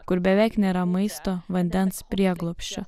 kur beveik nėra maisto vandens prieglobsčio